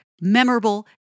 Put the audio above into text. Memorable